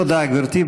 תודה, גברתי.